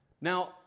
Now